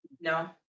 No